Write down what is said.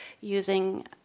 using